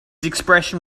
expression